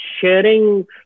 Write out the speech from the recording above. sharing